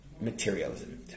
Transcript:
materialism